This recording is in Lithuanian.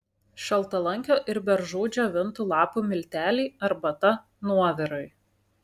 šaltalankio ir beržų džiovintų lapų milteliai arbata nuovirai